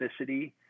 specificity